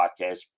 Podcast